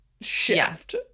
shift